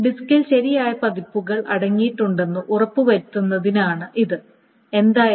ഡിസ്കിൽ ശരിയായ പതിപ്പുകൾ അടങ്ങിയിട്ടുണ്ടെന്ന് ഉറപ്പുവരുത്തുന്നതിനാണ് ഇത് എന്തായാലും